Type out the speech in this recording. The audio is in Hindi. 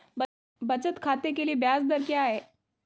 बचत खाते के लिए ब्याज दर क्या है?